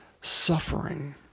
suffering